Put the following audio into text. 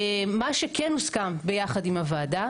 מה שכן הוסכם ביחד עם הוועדה,